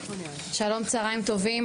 שלום צוהריים טובים,